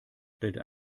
stellte